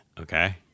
Okay